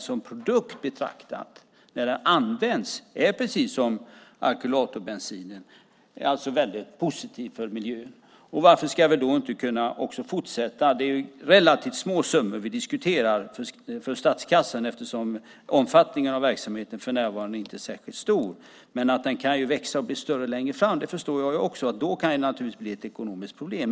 Som produkt betraktad, när den används, är den precis som alkylatbensinen väldigt positiv för miljön. Varför ska vi då inte kunna fortsätta? Det är ju relativt små summor för statskassan som vi diskuterar eftersom omfattningen av verksamheten för närvarande inte är särskilt stor. Men den kan växa och bli större längre fram, och jag förstår också att det då kan bli ett ekonomiskt problem.